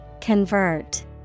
Convert